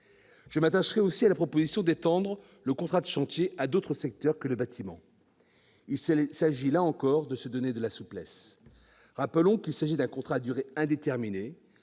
Je m'attacherai aussi à la proposition d'étendre le contrat de chantier à d'autres secteurs que le bâtiment. Il s'agit, là encore, de se donner de la souplesse. Rappelons qu'il s'agit d'un contrat à durée indéterminée